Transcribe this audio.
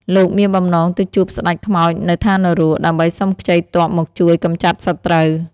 លោកមានបំណងទៅជួបស្ដេចខ្មោចនៅឋាននរក ដើម្បីសុំខ្ចីទ័ពមកជួយកម្ចាត់សត្រូវ។